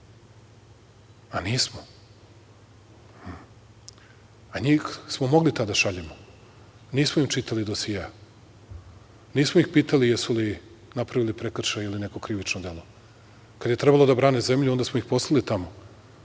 Nismo. Njih smo mogli tad da šaljemo. Nismo im čitali dosijea. Nismo ih pitali jesu li napravili prekršaj ili neko krivično delo. Kad je trebalo da brane zemlju, onda smo ih poslali tamo,